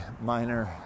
minor